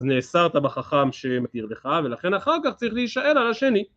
נאסרת בחכם שמתיר לך, ולכן אחר כך צריך להישאל על השני